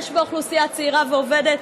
יש בה אוכלוסייה צעירה ועובדת.